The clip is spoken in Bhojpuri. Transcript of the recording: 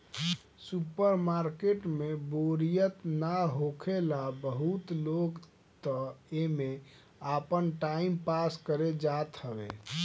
सुपर मार्किट में बोरियत ना होखेला बहुते लोग तअ एमे आपन टाइम पास करे जात हवे